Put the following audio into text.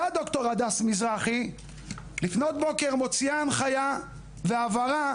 אותה דר' הגר מזרחי מוציאה הנחיה לפנות בוקר והבהרה